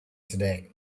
today